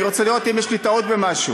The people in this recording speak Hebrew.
אני רוצה לראות אם יש לי טעות במשהו.